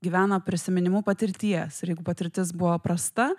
gyvena prisiminimu patirties ir jeigu patirtis buvo prasta